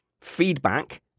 Feedback